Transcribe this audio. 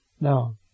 Now